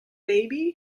baby